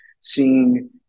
seeing